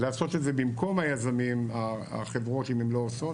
לעשות את זה במקום החברות אם הן לא עושות.